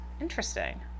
Interesting